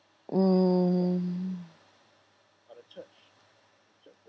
mm